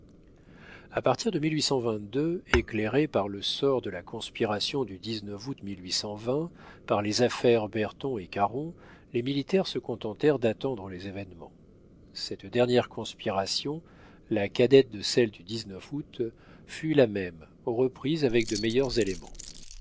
a partir de éclairée par le sort de la conspiration du août par les affaires berton et caron les militaires se contentèrent d'attendre les événements cette dernière conspiration la cadette de celle du août fut la même reprise avec de meilleurs éléments